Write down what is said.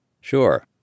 Sure